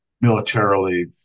militarily